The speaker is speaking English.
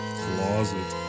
closet